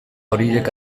horiek